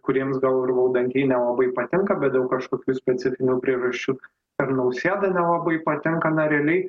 kuriems gal ir valdantieji nelabai patinka bet dėl kažkokių specifinių priežasčių per nausėdą nelabai patinka na realiai